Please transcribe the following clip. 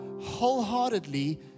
wholeheartedly